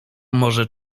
może